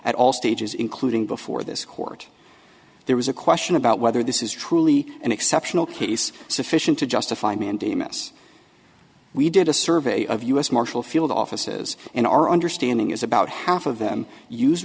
at all stages including before this court there was a question about whether this is truly an exceptional case sufficient to justify mandamus we did a survey of u s marshal field offices in our understanding is about half of them use